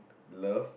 love